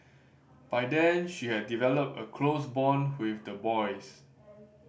by then he had developed a close bond with the boys